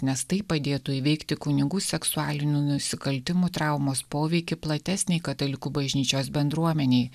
nes tai padėtų įveikti kunigų seksualinių nusikaltimų traumos poveikį platesnei katalikų bažnyčios bendruomenei